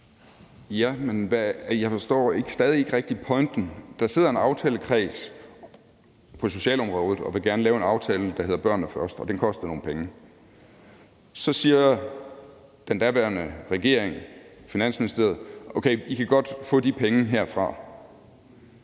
(LA): Jeg forstår stadig ikke rigtig pointen. Der sidder en aftalekreds på socialområdet, der gerne vil lave en aftale, der hedder »Børnene Først«, og den koster nogle penge. Så siger Finansministeriet i den daværende regering: Okay, I kan godt få de penge herfra